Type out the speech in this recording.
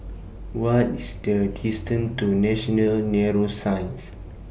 What IS The distance to National Neuroscience